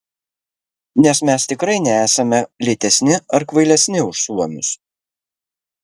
nes mes tikrai nesame lėtesni ar kvailesni už suomius